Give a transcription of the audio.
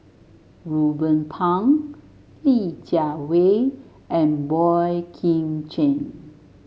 Ruben Pang Li Jiawei and Boey Kim Cheng